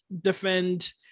defend